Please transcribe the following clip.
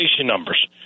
numbers